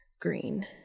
Green